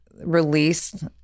release